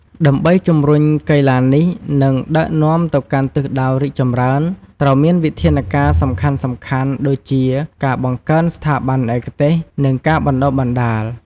ដើម្បីជំរុញកីឡានេះ និងដឹកនាំទៅកាន់ទិសដៅរីកចម្រើន ត្រូវមានវិធានការសំខាន់ៗដូចជាការបង្កើតស្ថាប័នឯកទេស និងការបណ្ដុះបណ្ដាល។